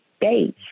days